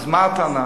אז מה הטענה?